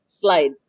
slide